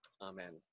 amen